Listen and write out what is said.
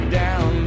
down